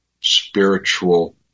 spiritual